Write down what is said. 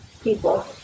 people